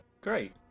Great